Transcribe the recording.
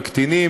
על קטינים.